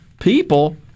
people